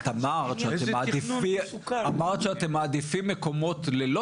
אבל את אמרת שאתם מעדיפים מקומות ללא